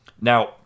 Now